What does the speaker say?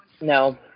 No